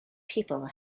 people